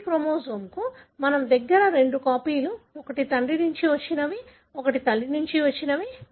ప్రతి క్రోమోజోమ్కు మన దగ్గర రెండు కాపీలు ఒకటి తండ్రి నుండి వచ్చినవి ఒకటి తల్లి నుండి వచ్చినవి